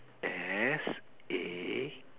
S A